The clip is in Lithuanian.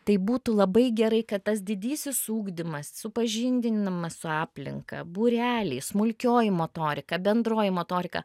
tai būtų labai gerai kad tas didysis ugdymas supažindinimas su aplinka būreliai smulkioji motorika bendroji motorika